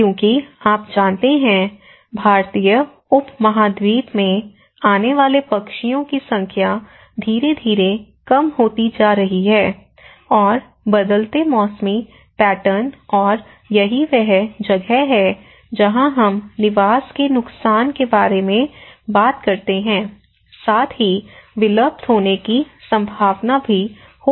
क्योंकि आप जानते हैं भारतीय उपमहाद्वीप में आने वाले पक्षियों की संख्या धीरे धीरे कम होती जा रही है और बदलते मौसमी पैटर्न और यही वह जगह है जहाँ हम निवास के नुकसान के बारे में बात करते हैं साथ ही विलुप्त होने की संभावना भी हो सकती है